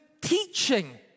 teaching